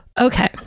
Okay